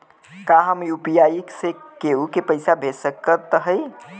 का हम यू.पी.आई से केहू के पैसा भेज सकत हई?